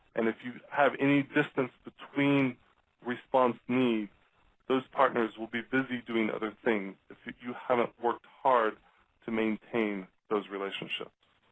and if you have any distance between response needs those partners will be busy doing other things if you have not worked hard to maintain those relationships.